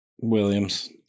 Williams